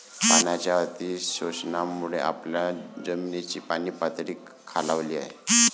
पाण्याच्या अतिशोषणामुळे आपल्या जमिनीची पाणीपातळी खालावली आहे